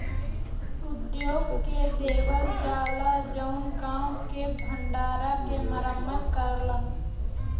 उद्योग के देवल जाला जउन गांव के भण्डारा के मरम्मत करलन